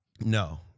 No